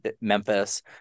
memphis